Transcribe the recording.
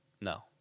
No